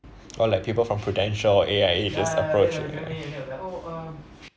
or like people from Prudential A_I_A just approach